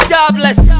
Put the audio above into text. Jobless